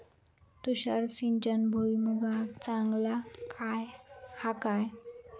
तुषार सिंचन भुईमुगाक चांगला हा काय?